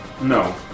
no